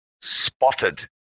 spotted